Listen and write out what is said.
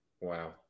Wow